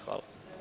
Hvala.